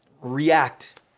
react